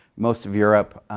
most of europe,